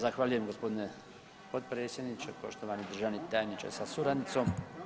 Zahvaljujem g. potpredsjedniče, poštovani državni tajniče sa suradnicom.